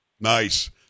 nice